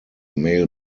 mail